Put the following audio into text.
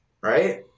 Right